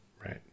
Right